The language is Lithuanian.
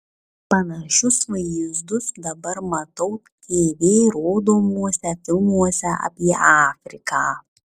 panašius vaizdus dabar matau tv rodomuose filmuose apie afriką